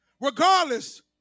regardless